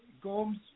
Gomes